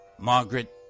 Margaret